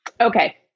Okay